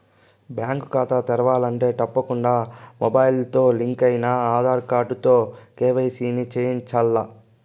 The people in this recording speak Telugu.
బ్యేంకు కాతా తెరవాలంటే తప్పకుండా మొబయిల్తో లింకయిన ఆదార్ కార్డుతో కేవైసీని చేయించాల్ల